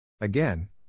Again